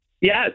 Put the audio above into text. Yes